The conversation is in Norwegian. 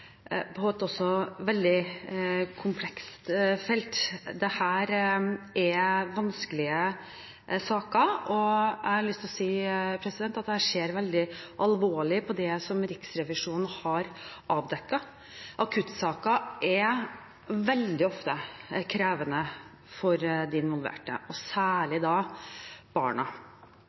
på et veldig komplekst felt. Dette er vanskelige saker, og jeg har lyst til å si at jeg ser veldig alvorlig på det som Riksrevisjonen har avdekket. Akuttsaker er veldig ofte krevende for de involverte, og særlig da for barna.